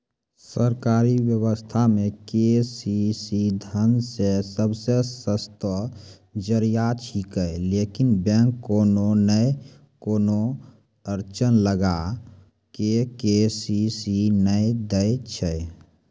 सरकारी व्यवस्था मे के.सी.सी धन के सबसे सस्तो जरिया छिकैय लेकिन बैंक कोनो नैय कोनो अड़चन लगा के के.सी.सी नैय दैय छैय?